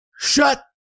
shut